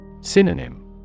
Synonym